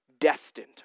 destined